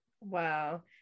Wow